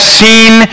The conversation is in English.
seen